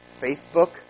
Facebook